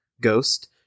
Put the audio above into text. Ghost